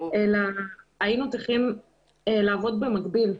אלא היינו צריכים לעבוד במקביל,